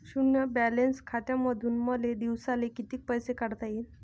शुन्य बॅलन्स खात्यामंधून मले दिवसाले कितीक पैसे काढता येईन?